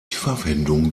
verwendung